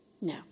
no